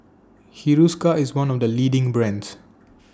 Hiruscar IS one of The leading brands